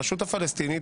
הרשות הפלסטינית,